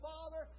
Father